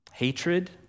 Hatred